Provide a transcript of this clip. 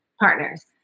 partners